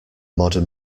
modern